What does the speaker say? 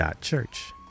Church